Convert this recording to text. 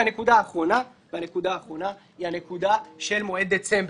הנקודה האחרונה היא הנקודה של מועד דצמבר.